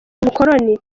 ubukoloni